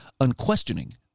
unquestioning